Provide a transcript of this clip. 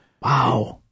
Wow